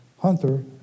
Hunter